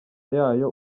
yayo